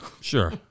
Sure